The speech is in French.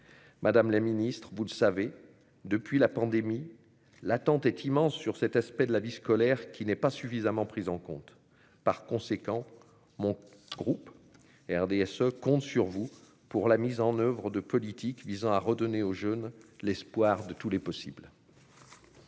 Madame la Ministre, vous le savez depuis la pandémie, l'attente est immense sur cet aspect de la vie scolaire qui n'est pas suffisamment pris en compte par conséquent mon groupe RDSE compte sur vous pour la mise en oeuvre de politiques visant à redonner aux jeunes l'espoir de tous les possibles.